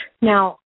Now